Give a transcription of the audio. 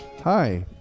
Hi